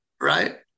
Right